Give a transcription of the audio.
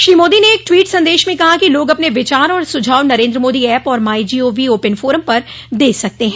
श्री मोदी ने एक ट्वीट संदेश में कहा कि लोग अपने विचार और सुझाव नरेन्द्र मोदी ऐप और my G O V open forum पर दे सकते हैं